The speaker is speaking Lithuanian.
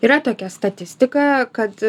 yra tokia statistika kad